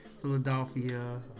philadelphia